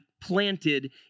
planted